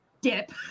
dip